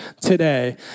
today